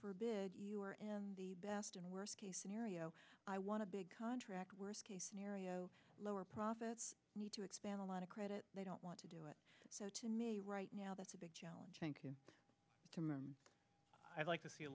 forbid you are in the best and worst case scenario i want to big contract worst case scenario lower profits need to expand a lot of credit they don't want to do it so to me right now that's a big challenge thank you jim i'd like to see a